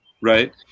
Right